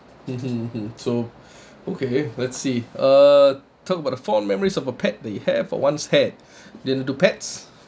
mmhmm hmm so okay let's see uh talk about a fond memories of a pet they have or once had didn't do pets